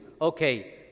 Okay